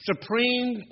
Supreme